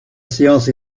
séance